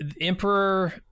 emperor